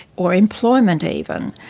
or employment even,